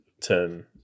turn